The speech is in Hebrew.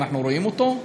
ואנחנו רואים אותו,